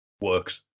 works